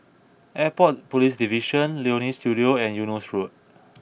Airport Police Division Leonie Studio and Eunos Road